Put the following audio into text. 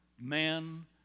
man